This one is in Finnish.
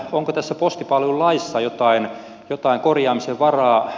onko tässä postipalvelulaissa jotain korjaamisen varaa